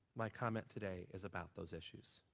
my comment today is about those issues.